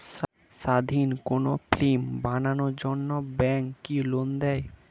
স্বাধীন কোনো ফিল্ম বানানোর জন্য ব্যাঙ্ক কি লোন দেয়?